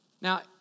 Now